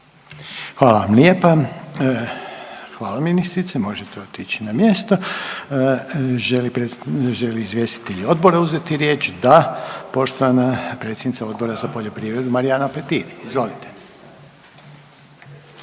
Hvala vam lijepa, hvala ministrice možete otići na mjesto. Želi li izvjestitelji odbora uzeti riječ? Da, poštovan predsjednica Odbora za poljoprivredu Marijana Petir. Izvolite.